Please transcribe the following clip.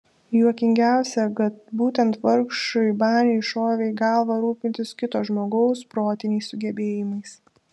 juokingiausia kad būtent vargšui baniui šovė į galvą rūpintis kito žmogaus protiniais sugebėjimais